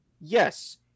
Yes